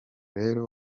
rero